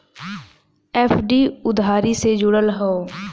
FD उधारी से जुड़ल हौ